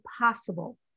possible